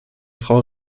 frau